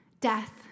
Death